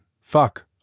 fuck